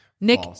Nick